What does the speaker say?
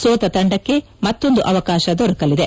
ಸೋತ ತಂಡಕ್ಕೆ ಮತ್ತೊಂದು ಅವಕಾಶ ದೊರಕಲಿದೆ